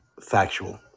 factual